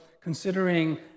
considering